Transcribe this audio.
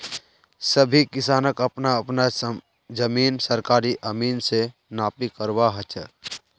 सभी किसानक अपना अपना जमीन सरकारी अमीन स नापी करवा ह तेक